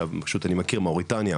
לדוגמה שפשוט אני מכיר: מאוריטניה,